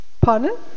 Pardon